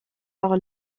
par